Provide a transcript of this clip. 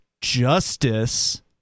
justice